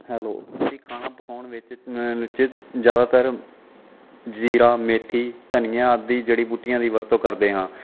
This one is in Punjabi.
ਹੈਲੋ ਅਸੀਂ ਖਾਣਾ ਪਕਾਉਣ ਵਿੱਚ ਵਿੱਚ ਜ਼ਿਆਦਾਤਰ ਜੀਰਾ ਮੇਥੀ ਧਨੀਆ ਆਦਿ ਜੜੀ ਬੂਟੀਆਂ ਦੀ ਵਰਤੋਂ ਕਰਦੇ ਹਾਂ